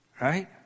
right